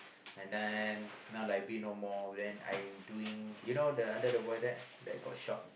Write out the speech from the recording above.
and then now library no more then I doing you know the under the void deck then got shop